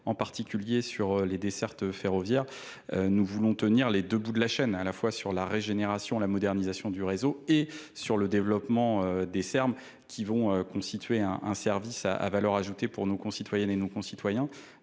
nous sur les dessertes ferroviaires. Euh, nous voulons tenir les deux bouts de la chaîne à la fois sur la régénération, la modernisation du réseau et sur le développement des Ser Mes qui vont constituer un service à valeur ajoutée pour nos concitoyennes et nos concitoyens,